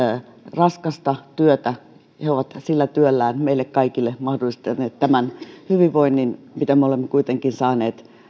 raskasta työtä he ovat sillä työllään meille kaikille mahdollistaneet tämän hyvinvoinnin mistä me olemme kuitenkin saaneet